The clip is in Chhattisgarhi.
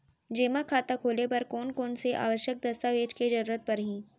जेमा खाता खोले बर कोन कोन से आवश्यक दस्तावेज के जरूरत परही?